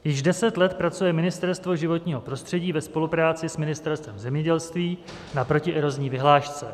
Již deset let pracuje Ministerstvo životního prostředí ve spolupráci s Ministerstvem zemědělství na protierozní vyhlášce.